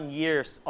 years